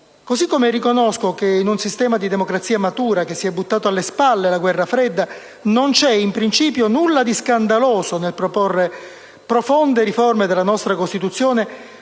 Così come riconosco che in un sistema di democrazia matura che si è buttato alle spalle la guerra fredda non c'è, in principio, nulla di scandaloso nel proporre profonde riforme della nostra Costituzione